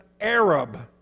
Arab